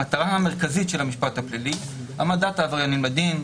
המטרה המרכזית של המשפט הפלילי היא העמדת העבריינים לדין,